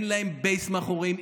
אין להם בייס מאחוריהם,